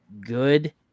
good